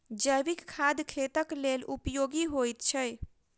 जैविक खाद खेतक लेल उपयोगी होइत छै